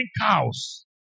cows